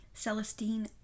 Celestine